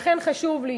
לכן חשוב לי